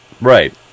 Right